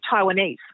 Taiwanese